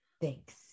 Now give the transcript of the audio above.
Thanks